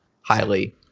highly